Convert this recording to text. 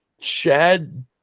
Chad